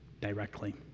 directly